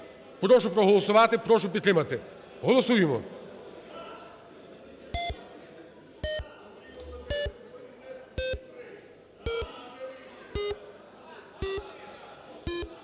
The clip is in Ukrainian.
Прошу проголосувати, прошу підтримати. Голосуємо.